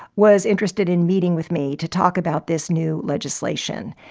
was interested in meeting with me to talk about this new legislation.